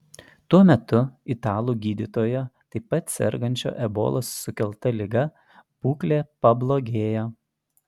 tuo metu italų gydytojo taip pat sergančio ebolos sukelta liga būklė pablogėjo